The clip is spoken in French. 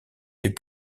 des